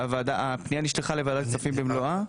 הפנייה נשלחה לוועדת הכספים, במלואה.